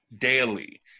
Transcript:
daily